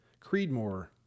Creedmoor